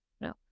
no